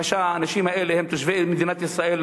האנשים האלה הם תושבי מדינת ישראל,